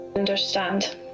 understand